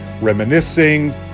reminiscing